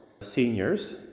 seniors